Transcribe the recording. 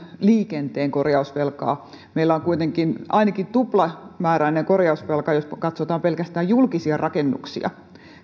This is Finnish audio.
liikenteen korjausvelkaa tässä meillä on kuitenkin ainakin tuplamääräinen korjausvelka jos katsotaan pelkästään julkisia rakennuksia